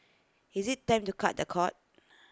is IT time to cut the cord